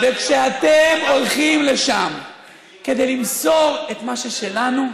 כשאתם הולכים לשם כדי למסור את מה ששלנו,